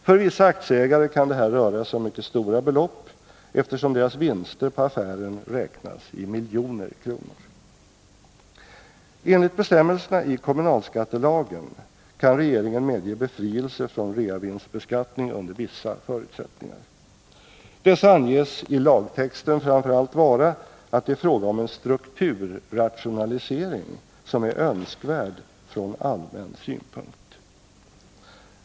För vissa aktieägare kan det här röra sig om mycket stora belopp, eftersom deras vinster på affären räknas i miljoner kronor. Enligt bestämmelserna i kommunalskattelagen kan regeringen medge befrielse från reavinstbeskattning under vissa förutsättningar. Dessa anges i lagtexten framför allt vara att det är fråga om en strukturrationalisering som är önskvärd från allmän synpunkt.